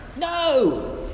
No